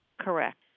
Correct